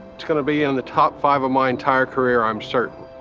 to kind of be in the top five of my entire career. i'm certain